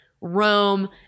Rome